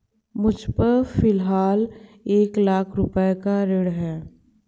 मुझपर फ़िलहाल एक लाख रुपये का ऋण है